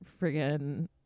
friggin